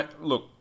look